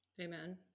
Amen